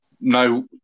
no